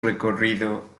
recorrido